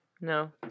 No